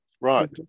Right